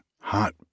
hot